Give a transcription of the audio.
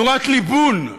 נורת ליבון,